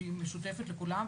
שהיא משותפת לכולם,